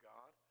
God